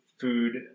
food